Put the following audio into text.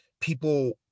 people